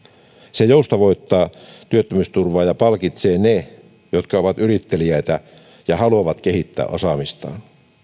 se joustavoittaa työttömyysturvaa ja palkitsee ne jotka ovat yritteliäitä ja haluavat kehittää osaamistaan